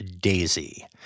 daisy